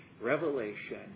revelation